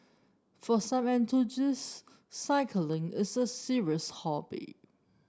for some cycling is a serious hobby